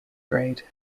grade